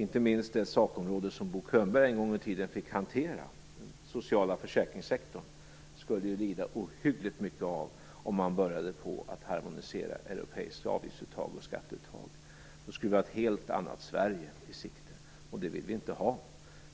Inte minst det sakområde som Bo Könberg en gång fick hantera - den sociala försäkringssektorn - skulle lida ohyggligt mycket om man började harmonisera europeiska avgifts och skatteuttag. Då skulle vi ha ett helt annat Sverige i sikte, och det vill vi inte ha.